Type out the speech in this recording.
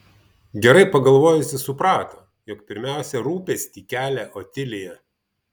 gerai pagalvojusi suprato jog pirmiausia rūpestį kelia otilija